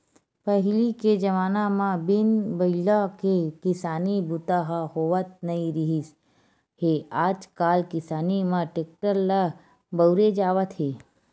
पहिली के जमाना म बिन बइला के किसानी बूता ह होवत नइ रिहिस हे आजकाल किसानी म टेक्टर ल बउरे जावत हे